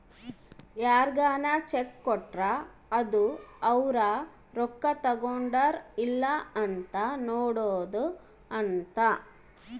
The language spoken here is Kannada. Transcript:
ಯಾರ್ಗನ ಚೆಕ್ ಕೊಟ್ರ ಅದು ಅವ್ರ ರೊಕ್ಕ ತಗೊಂಡರ್ ಇಲ್ಲ ಅಂತ ನೋಡೋದ ಅಂತ